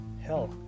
Hell